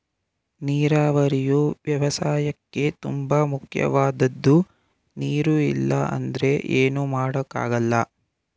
ನೀರಾವರಿಯು ವ್ಯವಸಾಯಕ್ಕೇ ತುಂಬ ಮುಖ್ಯವಾದದ್ದು ನೀರು ಇಲ್ಲ ಅಂದ್ರೆ ಏನು ಮಾಡೋಕ್ ಆಗಲ್ಲ